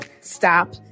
stop